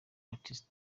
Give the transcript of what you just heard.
artist